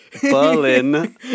Berlin